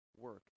work